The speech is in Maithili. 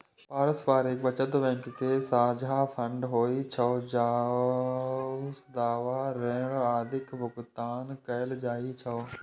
पारस्परिक बचत बैंक के साझा फंड होइ छै, जइसे दावा, ऋण आदिक भुगतान कैल जाइ छै